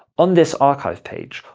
on this archive page,